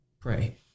pray